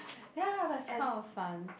ya but it's kind of fun